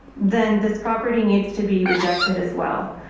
then this property needs to be rejected as well.